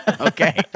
Okay